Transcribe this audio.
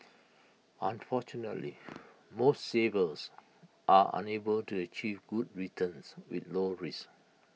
unfortunately most savers are unable to achieve good returns with low risk